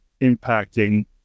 impacting